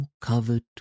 covered